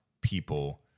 people